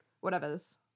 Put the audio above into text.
Whatever's